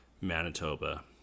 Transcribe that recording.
manitoba